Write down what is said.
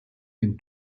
den